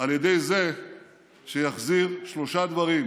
על ידי זה שיחזיר שלושה דברים: